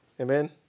Amen